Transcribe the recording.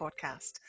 Podcast